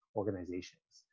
organizations